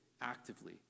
actively